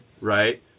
Right